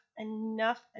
enough